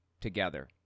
together